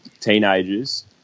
teenagers